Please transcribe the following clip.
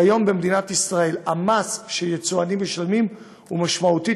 כיום במדינת ישראל המס שיצואנים משלמים הוא משמעותית